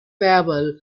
fable